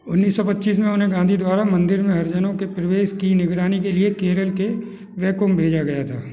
उन्नीस सौ पच्चीस में उन्हें गाँधी द्वारा मंदिर में हरिजनों के प्रवेश की निगरानी के लिए केरल के वैकोम भेजा गया था